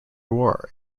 war